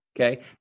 Okay